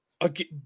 Again